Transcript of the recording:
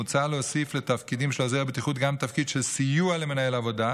מוצע להוסיף לתפקידים של עוזר בטיחות גם תפקיד של סיוע למנהל העבודה